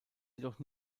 jedoch